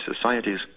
societies